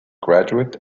graduate